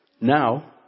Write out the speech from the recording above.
Now